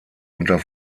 unter